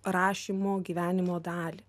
rašymo gyvenimo dalį